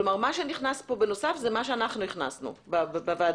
כלומר: מה שנכנס פה בנוסף זה מה שאנחנו הכנסנו בוועדה,